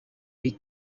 big